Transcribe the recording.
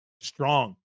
strong